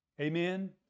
Amen